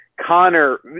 Connor